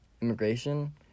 immigration